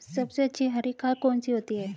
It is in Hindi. सबसे अच्छी हरी खाद कौन सी होती है?